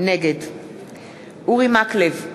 נגד אורי מקלב,